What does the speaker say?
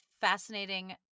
fascinating